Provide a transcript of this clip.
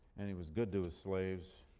and he was good to his slaves.